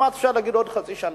אפשר לומר עוד חצי שנה.